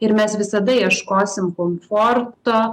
ir mes visada ieškosim komforto